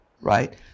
Right